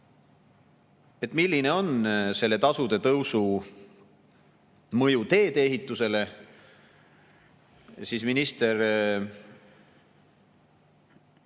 milline on selle tasude tõusu mõju tee-ehitusele, rääkis minister